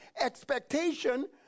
expectation